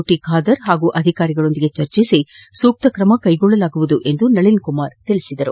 T Khader ಹಾಗೂ ಅಧಿಕಾರಿಗಳ ಜತೆ ಚರ್ಚಿಸಿ ಸೂಕ್ತ ಕ್ರಮ ಕೈಗೊಳ್ಳಲಾಗುವುದು ಎಂದು ನಳಿನ್ ಕುಮಾರ್ ತಿಳಿಸಿದರು